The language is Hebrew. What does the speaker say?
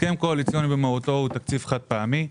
הסכם קואליציוני במהותו הוא תקציב חד-פעמי.